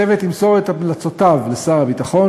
הצוות ימסור את המלצותיו לשר הביטחון